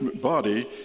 body